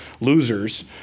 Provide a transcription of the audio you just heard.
losers